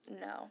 No